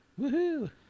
Woohoo